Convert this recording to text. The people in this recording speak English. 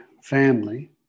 family